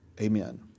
Amen